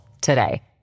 today